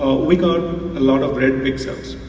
we got a lot of red pixels.